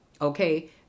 Okay